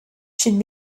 should